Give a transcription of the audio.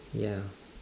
ya